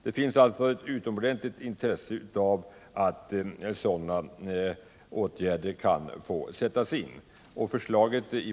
Det föreligger också ett mycket stort intresse för sådana åtgärder från företagens sida.